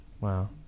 Wow